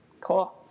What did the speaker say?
Cool